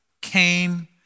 came